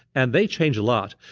and they change a lot.